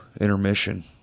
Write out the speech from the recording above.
Intermission